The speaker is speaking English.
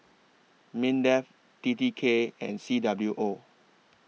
Mindef T T K and C W O